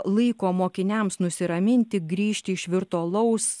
laiko mokiniams nusiraminti grįžti iš virtualaus